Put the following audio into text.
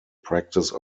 practice